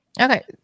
Okay